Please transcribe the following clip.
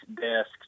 desk